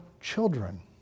children